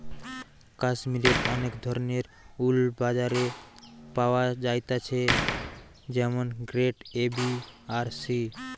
কাশ্মীরের অনেক ধরণের উল বাজারে পাওয়া যাইতেছে যেমন গ্রেড এ, বি আর সি